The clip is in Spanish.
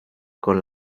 con